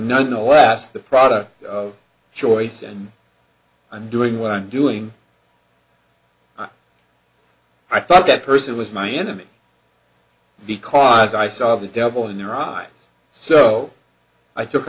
nonetheless the product of choice and i'm doing what i'm doing i thought that person was my enemy because i saw the devil in their eyes so i took